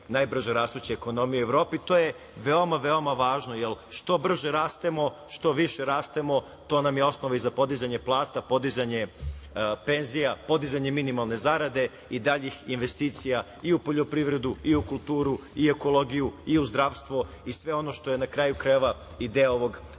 najbrže rastuće ekonomije u Evropi. To je veoma, veoma važno, jer, što brže rastemo, što više rastemo, to nam je osnova i za podizanje plata, podizanje penzija, podizanje minimalne zarade i daljih investicija, i u poljoprivredu i u kulturu i u ekologiju i u zdravstvo i sve ono što je, na kraju krajeva, i deo ovog